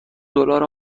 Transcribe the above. دلار